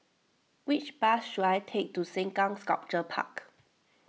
which bus should I take to Sengkang Sculpture Park